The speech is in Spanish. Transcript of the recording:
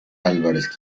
álvarez